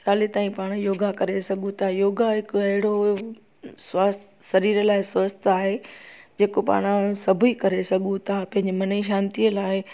साले ताईं पाण योगा करे सघू ता योगा हिकु अहिड़ो स्वास्थ शरीर लाइ स्वस्थ आहे जेको पाण सभई करे सघू था पंहिंजे मन जी शांतीअ लाइ